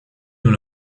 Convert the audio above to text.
dans